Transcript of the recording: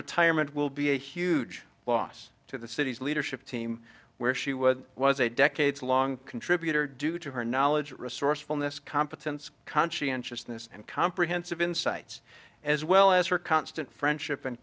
retirement will be a huge loss to the city's leadership team where she was was a decades long contributor due to her knowledge resourcefulness competence conscientiousness and comprehensive insights as well as her constant friendship and